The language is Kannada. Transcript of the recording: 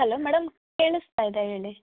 ಹಲೋ ಮೇಡಮ್ ಕೇಳಿಸ್ತಾ ಇದೆ ಹೇಳಿ